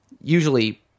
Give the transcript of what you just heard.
usually